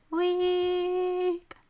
week